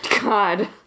God